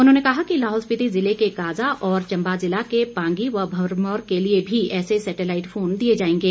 उन्होंने कहा कि लाहौल स्पीति जिले के काजा और चंबा जिला के पांगी व भरमौर के लिए भी ऐसे सैटेलाईट फोन दिए जाएंगे